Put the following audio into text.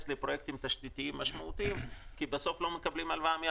לפרויקטים תשתיתיים משמעותיים כי בסוף הם לא מקבלים הלוואה מהבנקים.